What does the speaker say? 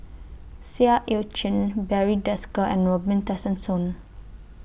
Seah EU Chin Barry Desker and Robin Tessensohn